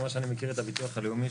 ממה שאני מכיר את הביטוח הלאומי,